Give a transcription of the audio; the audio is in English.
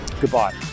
Goodbye